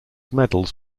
medals